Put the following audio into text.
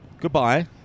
goodbye